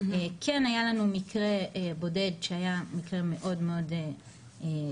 כן היה לנו מקרה בודד שהיה מקרה מאוד מאוד קשה,